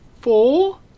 four